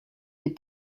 for